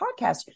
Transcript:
podcast